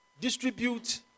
distribute